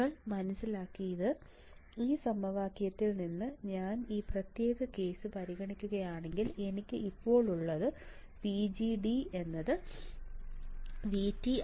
നിങ്ങൾ മനസിലാക്കിയത് ഈ സമവാക്യത്തിൽ നിന്ന് ഞാൻ ഈ പ്രത്യേക കേസ് പരിഗണിക്കുകയാണെങ്കിൽ എനിക്ക് അപ്പോൾ ഉള്ളത് VDG VT